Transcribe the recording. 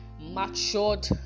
matured